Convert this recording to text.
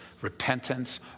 Repentance